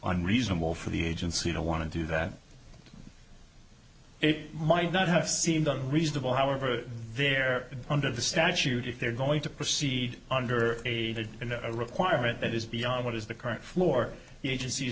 unreasonable for the agency to want to do that it might not have seemed a reasonable however there under the statute if they're going to proceed under a in a requirement that is beyond what is the current floor the agenc